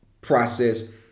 process